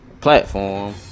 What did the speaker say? platform